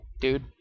dude